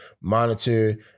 monitor